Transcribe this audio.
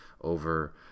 over